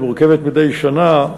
היא מורכבת מדי שנה,